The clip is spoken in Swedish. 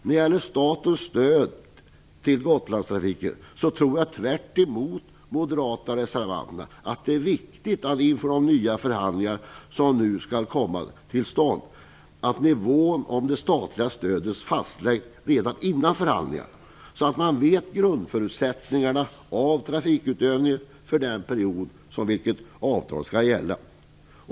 När det gäller statens stöd till Gotlandstrafiken tror jag tvärtemot de moderata reservanterna att det är viktigt att nivån på det statliga stödet fastläggs redan innan de nya förhandlingar som nu skall komma till stånd börjar. Då vet man grundförutsättningarna för trafikutövningen för den period under vilken avtalet skall gälla.